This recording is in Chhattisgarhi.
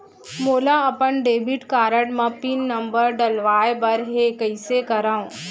मोला अपन डेबिट कारड म पिन नंबर डलवाय बर हे कइसे करव?